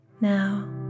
now